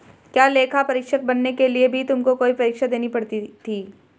क्या लेखा परीक्षक बनने के लिए भी तुमको कोई परीक्षा देनी पड़ी थी?